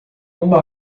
uma